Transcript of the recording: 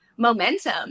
momentum